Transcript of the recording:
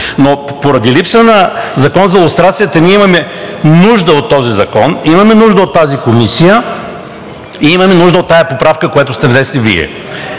но поради липса на закон за лустрацията имаме нужда от този закон, имаме нужда от тази комисия и имаме нужда от тази поправка, която Вие сте внесли.